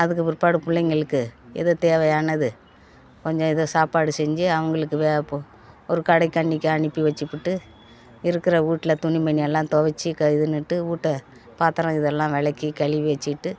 அதுக்கு பிற்பாடு பிள்ளைங்களுக்கு எது தேவையானது கொஞ்சம் ஏதோ சாப்பாடு செஞ்சு அவங்களுக்கு வே பு ஒரு கடை கண்ணிக்கு அனுப்பி வச்சுப்புட்டு இருக்கிற வீட்டுல துணிமணி எல்லாம் துவச்சி க இதுன்னுட்டு வீட்ட பாத்திரம் இதெலாம் விளக்கி கழுவி வச்சுட்டு